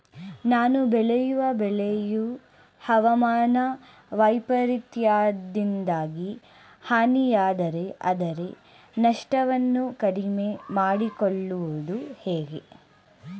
ನಾನು ಬೆಳೆಯುವ ಬೆಳೆಯು ಹವಾಮಾನ ವೈಫರಿತ್ಯದಿಂದಾಗಿ ಹಾನಿಯಾದರೆ ಅದರ ನಷ್ಟವನ್ನು ಕಡಿಮೆ ಮಾಡಿಕೊಳ್ಳುವುದು ಹೇಗೆ?